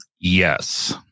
yes